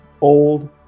old